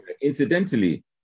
incidentally